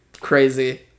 crazy